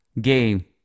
game